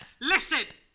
Listen